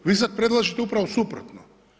Vi sad predlažete upravo suprotno.